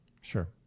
Sure